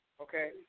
Okay